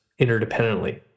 interdependently